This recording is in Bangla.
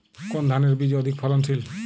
কোন ধানের বীজ অধিক ফলনশীল?